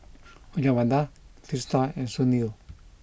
Uyyalawada Teesta and Sunil